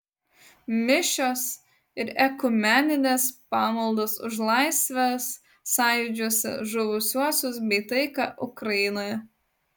mišios ir ekumeninės pamaldos už laisvės sąjūdžiuose žuvusiuosius bei taiką ukrainoje